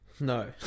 no